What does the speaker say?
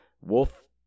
Wolf